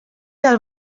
del